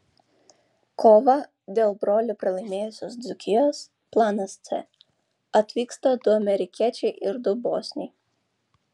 kovą dėl brolių pralaimėjusios dzūkijos planas c atvyksta du amerikiečiai ir du bosniai